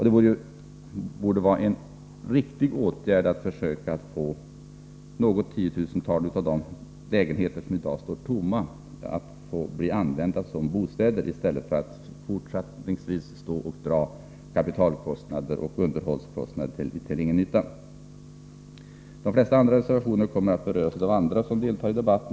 Det torde vara en riktig åtgärd att försöka se till att något tiotusental av de lägenheter som i dag står tomma används som bostäder, i stället för att fortsättningsvis dra kapitalkostnader och underhållskostnader till ingen nytta. De flesta av de övriga reservationerna kommer att beröras av andra som deltar i debatten.